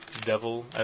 devil